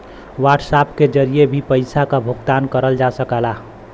WhatsApp के जरिए भी पइसा क भुगतान करल जा सकला